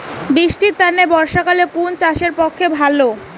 বৃষ্টির তানে বর্ষাকাল কুন চাষের পক্ষে ভালো?